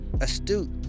astute